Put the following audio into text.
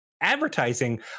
advertising